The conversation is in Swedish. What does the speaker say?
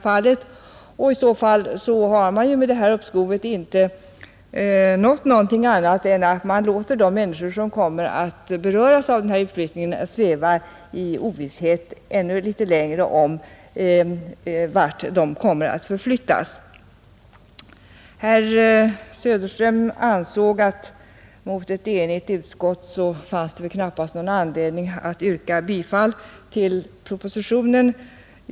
I så fall har man med detta uppskov inte uppnått någonting annat än att man låter de människor, som kommer att beröras av den här utvecklingen, sväva i ovisshet ännu ett litet tag om vart de kommer att förflyttas. Herr Söderström ansåg att det knappast fanns anledning att mot ett enigt utskott yrka bifall till propositionen.